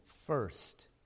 first